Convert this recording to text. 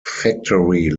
factory